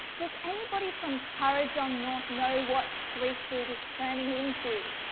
does anybody from kurrajong north know what creature it is turning into?